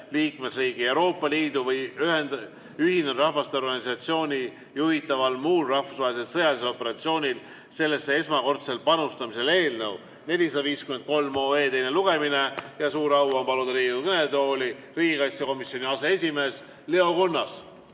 liikmesriigi, Euroopa Liidu või Ühinenud Rahvaste Organisatsiooni juhitaval muul rahvusvahelisel sõjalisel operatsioonil sellesse esmakordsel panustamisel" eelnõu 453 teine lugemine. Suur au on paluda Riigikogu kõnetooli riigikaitsekomisjoni aseesimees Leo Kunnas.